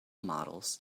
models